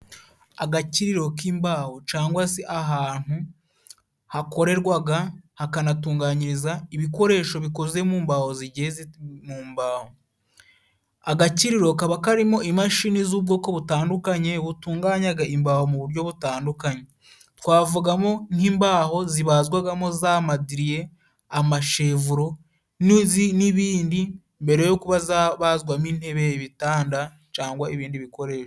Agakiriro k'imbaho cangwa si ahantu hakorerwaga hakanatunganyiriza ibikoresho bikoze mu mbaho. Agakiriro kaba karimo imashini z'ubwoko butandukanye butunganyaga imbaho mu buryo butandukanye. Twavugamo nk'imbaho zibazwagamo za madiriye, amashevuro n'izi n'ibindi mbere yo kuba zabazwamo intebe, ibitanda cyangwa ibindi bikoresho.